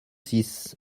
six